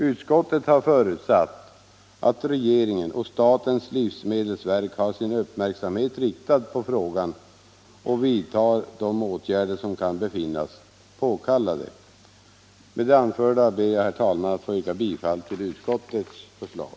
Utskottet har förutsatt att regeringen och statens livsmedelsverk har sin uppmärksamhet riktad på frågan och vidtar de åtgärder som kan befinnas påkallade. Med det anförda ber jag, herr talman, att få yrka bifall till utskottets förslag.